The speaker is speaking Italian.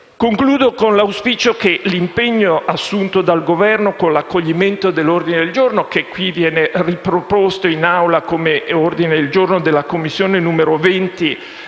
Concludo con l'auspicio che l'impegno assunto dal Governo, con l'accoglimento dell'ordine del giorno, che viene riproposto in Assemblea come ordine del giorno della Commissione G20.101